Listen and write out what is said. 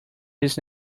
his